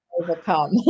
overcome